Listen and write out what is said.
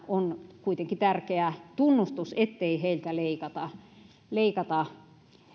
on kuitenkin tärkeä tunnustus ettei heiltä leikata leikata